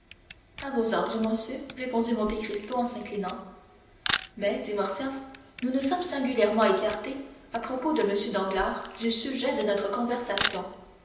à vos ordres monsieur répondit monte cristo en s'inclinant mais dit morcerf nous nous sommes singulièrement écartés à propos de m danglars du sujet de notre conversation